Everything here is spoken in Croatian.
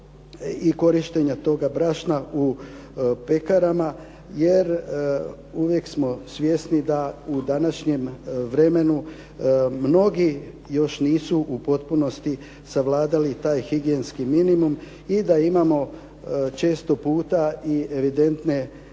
i korištenja toga brašna u pekarama jer uvijek smo svjesni da u današnjem vremenu mnogi još nisu u potpunosti savladali taj higijenski minimum i da imamo često puta i evidentne